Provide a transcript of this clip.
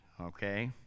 okay